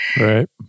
Right